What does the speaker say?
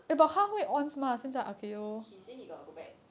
he say he got go back